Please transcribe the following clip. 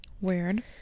Weird